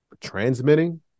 transmitting